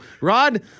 rod